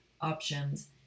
options